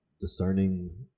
discerning